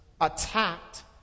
attacked